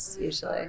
usually